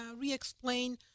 re-explain